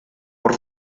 por